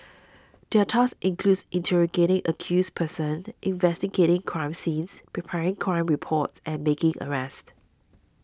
their tasks includes interrogating accused persons investigating crime scenes preparing crime reports and making arrests